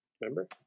remember